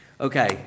Okay